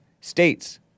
states